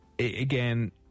again